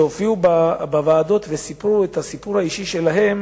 שהופיעו בוועדות וסיפרו את הסיפור האישי שלהם,